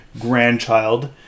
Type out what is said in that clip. grandchild